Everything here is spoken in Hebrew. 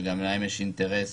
וגם להן יש אינטרס,